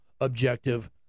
objective